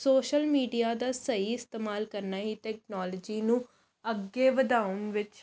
social media ਦਾ ਸਹੀ ਇਸਤੇਮਾਲ ਕਰਨਾ ਹੀ ਟੈਕਨੋਲੋਜੀ ਨੂੰ ਅੱਗੇ ਵਧਾਉਣ ਵਿੱਚ